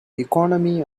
economy